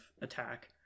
attack